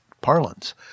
parlance